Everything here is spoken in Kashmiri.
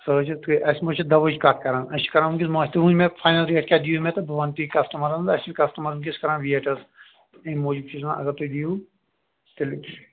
سۅ حظ چھِ ٹھیٖک اَسہِ ما چھِ دوہٕچ کَتھ کٔران اسہِ چھِ کٔران وُنکیٚس مٲنٛچھ تُہۍ ؤنِو مےٚ فاینل ریٚٹ کیٛاہ دِیِو مےٚ بہٕ وَنہٕ تی کَسٹٕمرن أسۍ چھِ کَسٹٕمرن تھِی کٔران ویٚٹ حظ امہِ موٗجوٗ ب چھِ أسۍ وَنان اگر تُہۍ دِیو تیٚلہِ